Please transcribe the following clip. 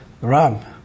Ram